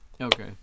Okay